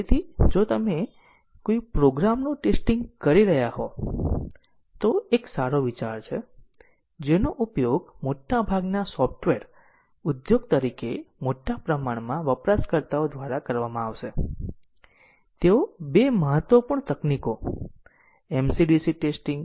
તેથી કોઈપણ path linear રીતે ઈન્ડીપેન્ડન્ટ પાથના સમૂહમાં નહીં હોય તે સમૂહમાં અન્ય ભાગ પાથના લીનીયર સંયોજન દ્વારા પ્રાપ્ત કરી શકાશે નહીં અને ઓછામાં ઓછા એક ધાર હશે જે અન્ય માર્ગોમાં શામેલ નથી